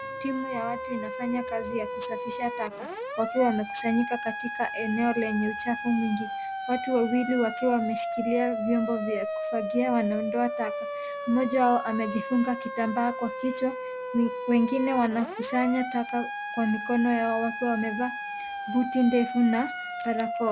Timu ya watu inafanya kazi ya kusafisha taka. Wakiwa wamekusanyika katika eneo lenye uchafu mwingi. Watu wawili wakiwa wameshikilia vyombo vya kufagia wanaondoa taka, mmoja wao amejifunga kitambaa kwa kichwa, wengine wanakusanya taka kwa mikono yao wakiwa wamevaa buti ndefu na barakoa.